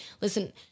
listen